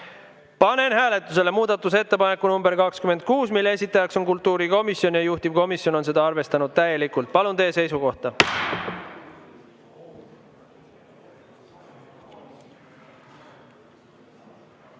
Panen hääletusele muudatusettepaneku nr 26, mille esitaja on kultuurikomisjon, juhtivkomisjon on arvestanud täielikult. Palun teie seisukohta!